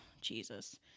Jesus